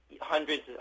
hundreds